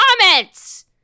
comments